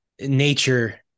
nature